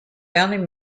founding